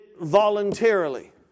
voluntarily